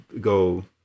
go